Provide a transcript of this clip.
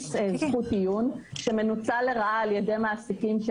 תדפיס זכות עיון שמנוצל לרעה על ידי מעסיקים.